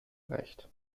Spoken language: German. recht